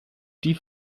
die